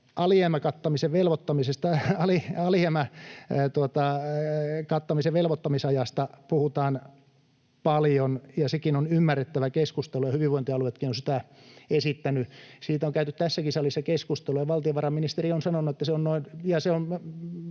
Alijäämän kattamisen velvoittamisajasta puhutaan paljon, ja sekin on ymmärrettävä keskustelu, ja hyvinvointialueetkin ovat sitä esittäneet. Siitä on käyty tässäkin salissa keskustelua, ja valtiovarainministeri on sanonut — minä puhun